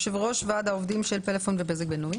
יושב-ראש ועד עובדים של פלאפון ובזק בינלאומי.